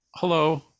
Hello